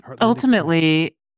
ultimately